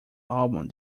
album